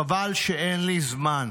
חבל שאין לי זמן.